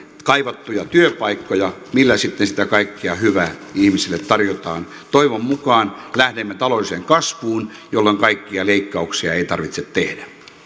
kaivattuja työpaikkoja millä sitten sitä kaikkea hyvää ihmisille tarjotaan toivon mukaan lähdemme taloudelliseen kasvuun jolloin kaikkia leikkauksia ei tarvitse tehdä